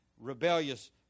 rebellious